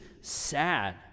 sad